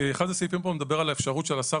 אחד הסעיפים פה מדבר על אפשרות השר